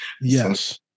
Yes